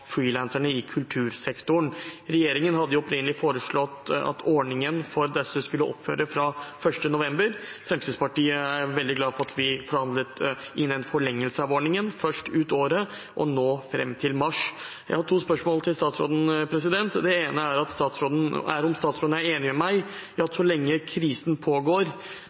i kultursektoren. Regjeringen hadde opprinnelig foreslått at ordningen for disse skulle opphøre fra 1. november. Fremskrittspartiet er veldig glad for at vi forhandlet inn en forlengelse av ordningen, først ut året og nå fram til mars. Jeg har to spørsmål til statsråden. Er statsråden enig med meg i at så lenge krisen pågår og restriksjonene er